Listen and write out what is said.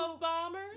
bombers